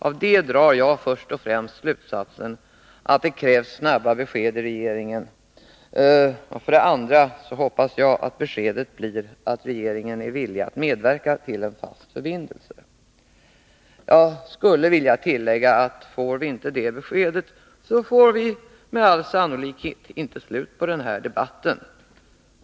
Därav drar jag först och främst slutsatsen att det krävs ett snabbt besked från regeringen. Dessutom hoppas jag att beskedet blir att regeringen är villig att medverka till en fast förbindelse mellan Sverige och Danmark. Jag skulle vilja tillägga att om vi inte får ett sådant besked, blir det med all sannolikhet inte något slut på den här debatten.